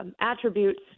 attributes